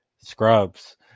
Scrubs